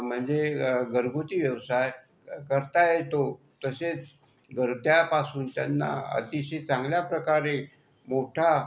म्हणजे घरगुती व्यवसाय करता येतो तसेच घर त्या पासून त्यांना अतिशय चांगल्या प्रकारे मोठा